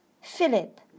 Philip